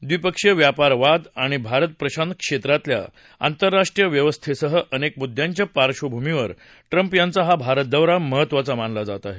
द्वीपक्षीय व्यापार वाद आणि भारत प्रशांत क्षेत्रातल्या आंतरराष्ट्रीय व्यवस्थेसह अनेक मुद्दयांच्या पार्श्वभूमीवर ट्रम्प यांचा हा भारत दौरा महत्वाचा मानला जात आहे